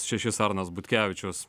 šešis arnas butkevičius